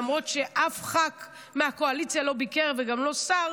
למרות שאף ח"כ מהקואליציה לא ביקר וגם לא שר,